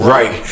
Right